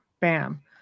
Bam